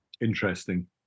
interesting